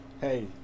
Hey